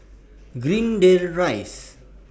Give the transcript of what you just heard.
Greendale Rise